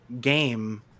Game